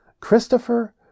Christopher